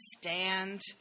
stand